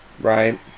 right